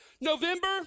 November